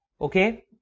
Okay